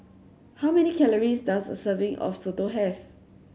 how many calories does a serving of Soto have